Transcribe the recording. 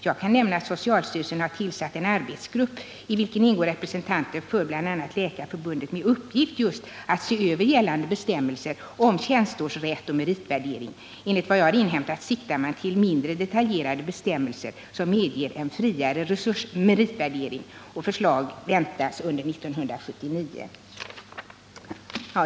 Jag kan nämna att socialstyrelsen har tillsatt en arbetsgrupp, i vilken ingår representanter för bl.a. Läkarförbundet, med uppgift att se över gällande bestämmelser om bl.a. tjänsteårsrätt och meritvärdering. Enligt vad jag har inhämtat siktar man till mindre detaljerade bestämmelser, som medger en friare meritvärdering. Förslag i ämnet väntas under 1979.